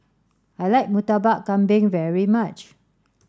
I like Murtabak Kambing very much